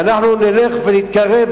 ואנחנו נלך ונתקרב,